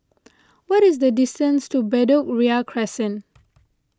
what is the distance to Bedok Ria Crescent